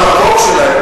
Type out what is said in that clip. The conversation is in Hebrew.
ודאי,